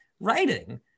writing